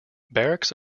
barracks